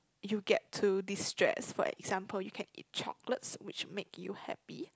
you get to destress for example you can eat chocolates which make you happy